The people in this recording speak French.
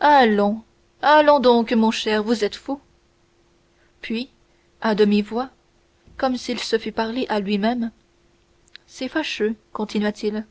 allons allons donc mon cher vous êtes fou puis à demi-voix et comme s'il se fût parlé à lui-même c'est fâcheux continua-t-il